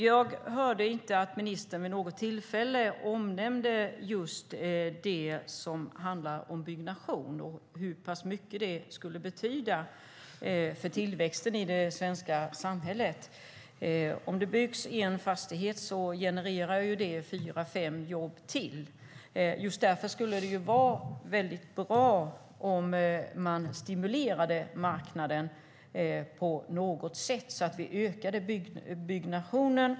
Jag hörde inte att ministern vid något tillfälle nämnde just byggnation och hur mycket det skulle betyda för tillväxten i det svenska samhället. Om det byggs en fastighet genererar det fyra fem jobb till. Just därför skulle det vara bra om man stimulerade marknaden på något sätt för att öka byggnationen.